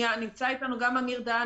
נמצא אתנו גם אמיר דהן.